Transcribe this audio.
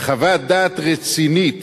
חוות דעת רצינית